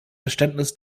verständnis